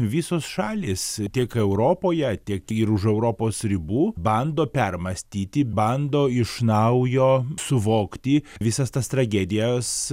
visos šalys tiek europoje tiek ir už europos ribų bando permąstyti bando iš naujo suvokti visas tas tragedijas